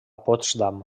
potsdam